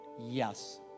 Yes